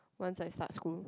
once I start school